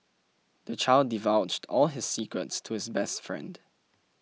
the child divulged all his secrets to his best friend